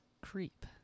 Creep